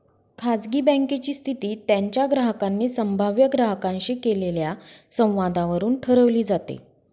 खाजगी बँकेची स्थिती त्यांच्या ग्राहकांनी संभाव्य ग्राहकांशी केलेल्या संवादावरून ठरवली जाते